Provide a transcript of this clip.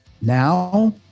Now